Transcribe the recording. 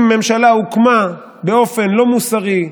אם ממשלה הוקמה באופן לא מוסרי,